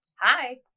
Hi